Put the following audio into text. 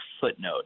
footnote